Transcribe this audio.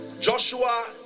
Joshua